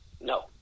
No